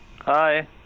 hi